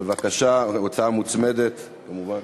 בבקשה, הצעה מוצמדת, כמובן.